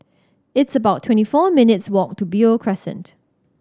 it's about twenty four minutes' walk to Beo Crescent